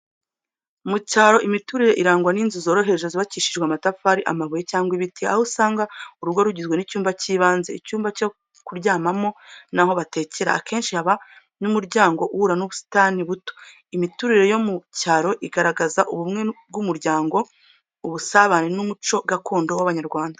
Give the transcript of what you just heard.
Mu cyaro, imiturire irangwa n'inzu zoroheje zubakishijwe amatafari, amabuye cyangwa ibiti. Aho usanga urugo rugizwe n’icyumba cy’ibanze, icyumba cyo kuryamamo n’aho batekera. Akenshi haba n’umuryango uhura n’ubusitani buto. Imiturire yo mu cyaro igaragaza ubumwe bw’umuryango, ubusabane n’umuco gakondo w’Abanyarwanda.